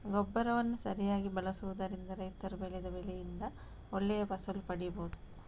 ಗೊಬ್ಬರವನ್ನ ಸರಿಯಾಗಿ ಬಳಸುದರಿಂದ ರೈತರು ಬೆಳೆದ ಬೆಳೆಯಿಂದ ಒಳ್ಳೆ ಫಸಲು ಪಡೀಬಹುದು